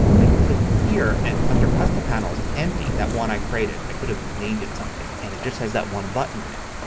and click here and under custom panels, empty, that one i created. i could have named it something. and it just has that one button in it.